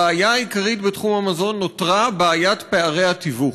הבעיה העיקרית בתחום המזון נותרה בעיית פערי התיווך,